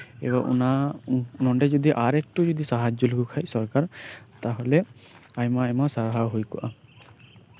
ᱚᱱᱟ ᱱᱚᱰᱮ ᱡᱚᱫᱤ ᱟᱨ ᱮᱠᱴᱩ ᱡᱚᱫᱤ ᱥᱟᱦᱟᱡᱡᱚ ᱞᱮᱠᱚ ᱠᱷᱟᱡ ᱥᱚᱨᱠᱟᱨ ᱛᱟᱦᱞᱮ ᱟᱭᱢᱟ ᱟᱭᱢᱟ ᱥᱟᱨᱦᱟᱣ ᱦᱩᱭ ᱠᱚᱜᱼᱟ